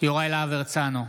יוראי להב הרצנו,